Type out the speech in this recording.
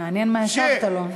מעניין מה השבת לו.